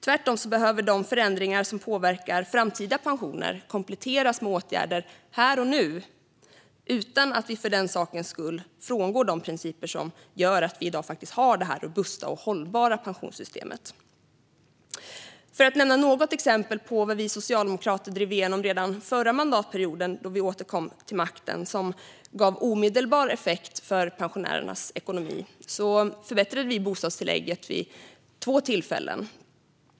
Tvärtom behöver de förändringar som påverkar framtida pensioner kompletteras med åtgärder här och nu, utan att vi för den sakens skull frångår de principer som gör att vi i dag har ett robust och hållbart pensionssystem. Som ett exempel på vad vi socialdemokrater drev igenom redan förra mandatperioden, då vi återkom till makten, och som gav omedelbar effekt för pensionärernas ekonomi kan jag nämna att vi förbättrade bostadstillägget vid två tillfällen.